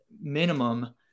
minimum